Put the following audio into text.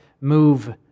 move